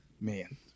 Man